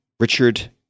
Richard